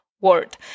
word